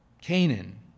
Canaan